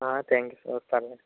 ఆ thank you sir పర్లేదు